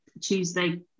Tuesday